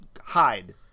hide